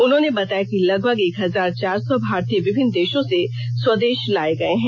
उन्होंने बताया कि लगभग एक हजार चार सौ भारतीय विभिन्न देशों से स्वेदश लाए गए हैं